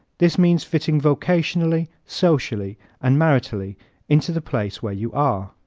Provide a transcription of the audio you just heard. this means fitting vocationally, socially and maritally into the place where you are.